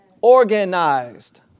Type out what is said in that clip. Organized